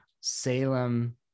Salem